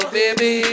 baby